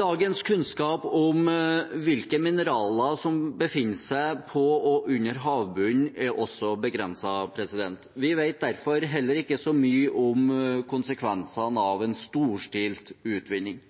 Dagens kunnskap om hvilke mineraler som befinner seg på og under havbunnen, er også begrenset. Vi vet derfor heller ikke så mye om konsekvensene av en storstilt utvinning.